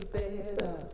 better